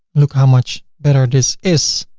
look how much better this is.